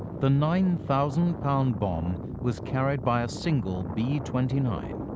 the nine thousand pound bomb was carried by a single b twenty nine,